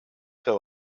there